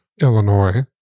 Illinois